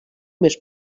més